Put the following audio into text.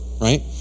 right